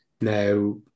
Now